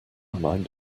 mind